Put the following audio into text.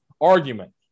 argument